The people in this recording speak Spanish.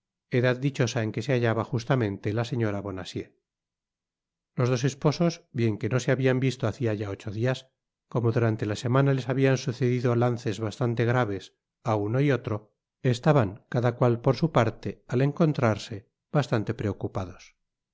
edad dichosa en que se hallaba justamente la señora bonacieux los dos esposos bien que no se habian visto hacia ya ocho dias como durante la semana les habian sucedido lances bastante graves á uno y otro estaban cada cual por su parte al encontrarse bastante preocupados